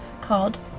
called